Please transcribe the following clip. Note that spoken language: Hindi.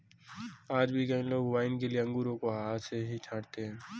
आज भी कई लोग वाइन के लिए अंगूरों को हाथ से ही छाँटते हैं